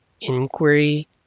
inquiry